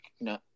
no